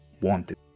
wanted